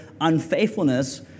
unfaithfulness